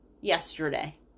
yesterday